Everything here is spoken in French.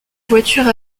voiture